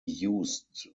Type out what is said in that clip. used